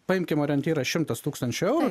paimkim orientyrą šimtas tūkstančių eurų